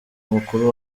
mukuru